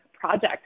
project